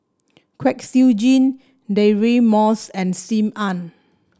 Kwek Siew Jin Deirdre Moss and Sim Ann